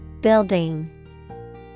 Building